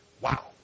Wow